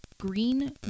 green